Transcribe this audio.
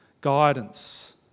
guidance